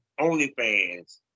OnlyFans